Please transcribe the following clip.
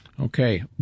Okay